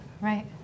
right